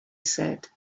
said